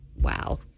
wow